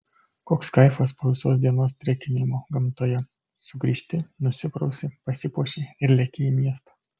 koks kaifas po visos dienos trekinimo gamtoje sugrįžti nusiprausi pasipuoši ir leki į miestą